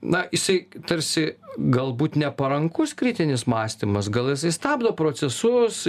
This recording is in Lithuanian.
na jisai tarsi galbūt neparankus kritinis mąstymas gal jisai stabdo procesus